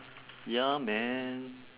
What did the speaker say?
ya man